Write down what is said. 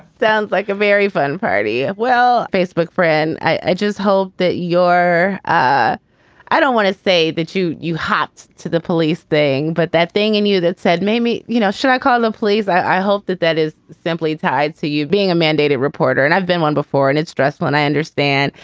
sounds like a very fun party. well, a facebook friend. i just hope that your. i i don't want to say that. you you hot's to the police thing. but that thing and you that said made me, you know, should i call the ah police? i hope that that is simply tied to you being a mandated reporter. and i've been one before. and it's stressful. and i understand.